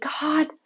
god